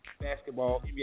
basketball